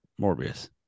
Morbius